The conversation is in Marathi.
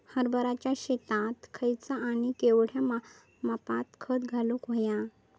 हरभराच्या शेतात खयचा आणि केवढया मापात खत घालुक व्हया?